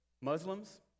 Muslims